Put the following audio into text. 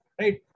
right